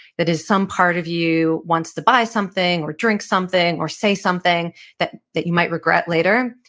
that is some part of you wants to buy something or drink something or say something that that you might regret later,